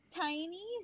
tiny